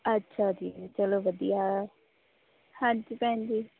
ਅੱਛਾ ਜੀ ਚਲੋ ਵਧੀਆ ਹਾਂਜੀ ਭੈਣ ਜੀ